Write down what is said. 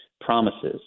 promises